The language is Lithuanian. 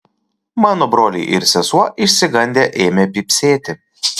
mano broliai ir sesuo išsigandę ėmė pypsėti